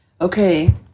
okay